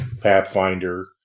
Pathfinder